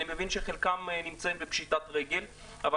אני מבין שחלקם נמצאים בפשיטת רגל אבל